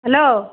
hello